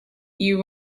you